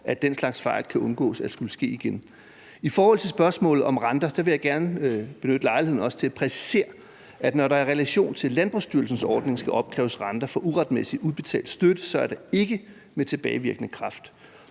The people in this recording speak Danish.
at den slags fejl sker igen. I forhold til spørgsmålet om renter vil jeg også gerne benytte lejligheden til at præcisere, at det, når der i relation til Landbrugsstyrelsens ordning skal opkræves renter for uretmæssigt udbetalt støtte, så ikke er med tilbagevirkende kraft.